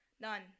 None